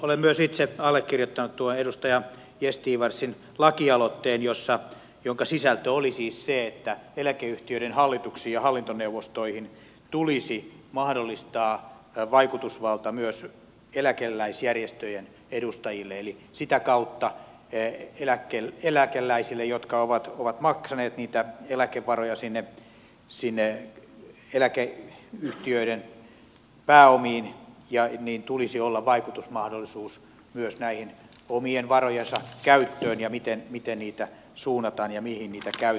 olen myös itse allekirjoittanut tuon edustaja gästgivarsin lakialoitteen jonka sisältö oli siis se että eläkeyhtiöiden hallituksiin ja hallintoneuvostoihin tulisi mahdollistaa vaikutusvalta myös eläkeläisjärjestöjen edustajille eli sitä kautta eläkeläisillä jotka ovat maksaneet niitä eläkevaroja sinne eläkeyhtiöiden pääomiin tulisi olla vaikutusmahdollisuus myös näiden omien varojensa käyttöön ja siihen miten niitä suunnataan ja mihin niitä käytetään